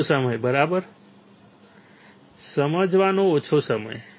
ઓછો સમય બરાબર સમજવાનો ઓછો સમય